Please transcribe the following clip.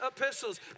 epistles